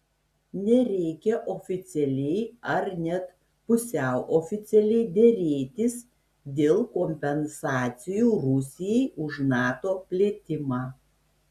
nereikia oficialiai ar net pusiau oficialiai derėtis dėl kompensacijų rusijai už nato plėtimą